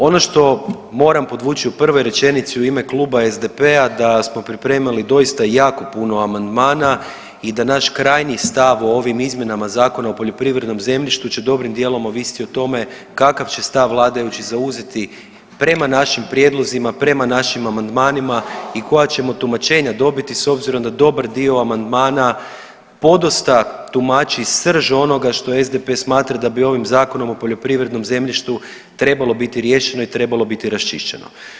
Ono što moram podvući u prvom rečenici u ime Kluba SDP-a da smo pripremili doista jako puno amandmana i da naš krajnji stav o ovim izmjenama Zakona o poljoprivrednom zemljištu će dobrim dijelom ovisiti o tome kakav će stav vladajući zauzeti prema našim prijedlozima, prema našim amandmanima i koja ćemo tumačenja dobiti s obzirom da dobar dio amandmana podosta tumači srž onoga što SDP-e smatra da bi ovim Zakonom o poljoprivrednom zemljištu trebalo biti riješeno i trebalo biti raščišćeno.